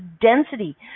density